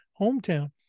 Hometown